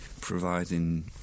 providing